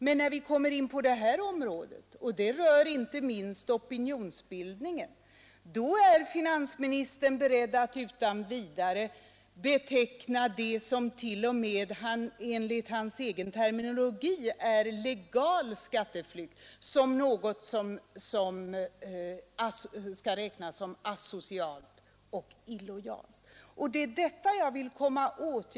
Men när vi kommer in på det här området, och det rör inte minst opinionsbildningen, då är finansministern beredd att utan vidare beteckna det som till och med enligt hans egen terminologi är legal skatteflykt som något som skall räknas som både asocialt och illojalt. Det är detta jag vill komma åt.